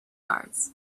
guards